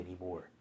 anymore